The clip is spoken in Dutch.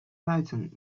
ruiten